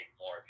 More